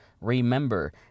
remember